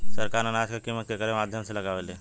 सरकार अनाज क कीमत केकरे माध्यम से लगावे ले?